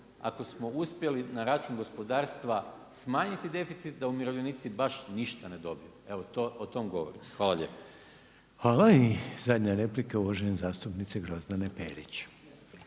ako smo uspjeli na račun gospodarstva smanjiti deficit da umirovljenici baš ništa ne dobiju. Evo o tom govorim. Hvala lijepo. **Reiner, Željko (HDZ)** Hvala. I zadnja replika uvažene zastupnice Grozdane Perić.